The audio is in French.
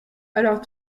alors